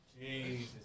Jesus